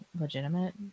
legitimate